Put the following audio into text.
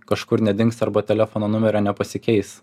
kažkur nedings arba telefono numerio nepasikeis